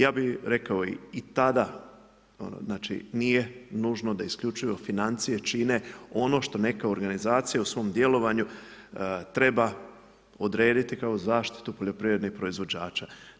Ja bih rekao i tada, znači nije nužno da isključuju financije čine ono što neka organizacija je u svom djelovanju treba odrediti kao zaštitu poljoprivrednih proizvođača.